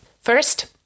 First